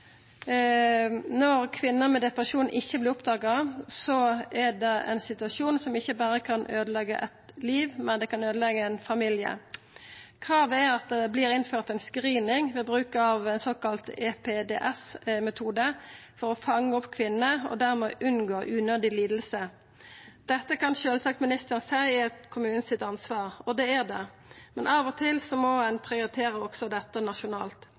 Når kvinner med depresjon ikkje vert oppdaga, er det ein situasjon som ikkje berre kan øydeleggja eit liv, men det kan øydeleggja ein familie. Kravet er at det vert innført screening ved bruk av den såkalla EPDS-metoden for å fanga opp kvinner og dermed unngå unødig liding. Dette kan sjølvsagt ministeren seia er kommunen sitt ansvar, og det er det, men av og til må ein prioritera òg dette nasjonalt.